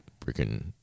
freaking